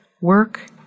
work